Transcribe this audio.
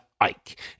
Ike